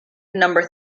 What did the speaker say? number